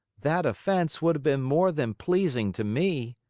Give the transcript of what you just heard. that offense would have been more than pleasing to me,